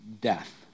death